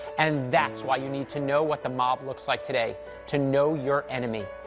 and that's why you need to know what the mob looks like today to know your enemy.